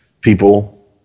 people